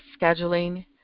scheduling